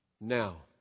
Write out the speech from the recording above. Now